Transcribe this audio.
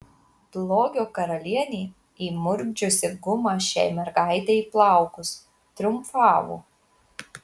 blogio karalienė įmurkdžiusi gumą šiai mergaitei į plaukus triumfavo